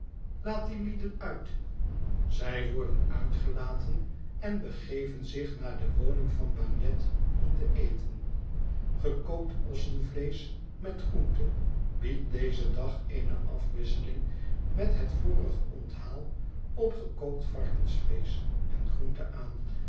laat die lieden uit zij worden uitgelaten en begeven zich naar de woning van bagnet om te eten gekookt ossenvleesch met groente biedt dezen dag eene afwisseling met het vorige onthaal op gekookt varkensvleesch en groente aan